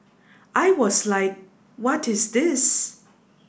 I was like what is this